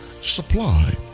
supply